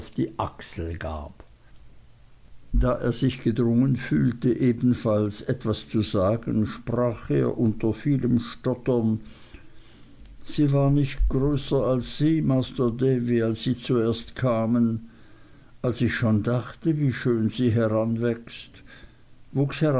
die achsel gab da er sich gedrungen fühlte ebenfalls etwas zu sagen sprach er unter vielem stottern sie war nicht größer als sie masr davy als sie zuerst kamen als ich schon dachte wie schön sie heranwächst wuchs